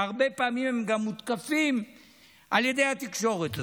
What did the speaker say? שהרבה פעמים גם הם מותקפים על ידי התקשורת הזו.